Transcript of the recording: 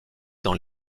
dans